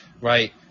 right